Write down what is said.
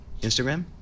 Instagram